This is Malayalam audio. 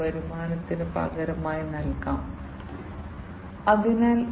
അതിനാൽ വ്യവസായ ആപ്ലിക്കേഷനുകളിൽ SCADA വളരെ പ്രധാനമാണ്